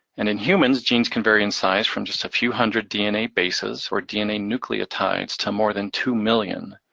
and in humans, genes can vary in size from just a few hundred dna bases, or dna nucleotides, to more than two million.